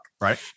Right